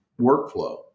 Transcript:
workflow